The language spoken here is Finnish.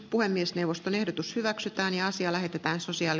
puhemiesneuvoston ehdotus hyväksytään ja asia lähetetään sosiaali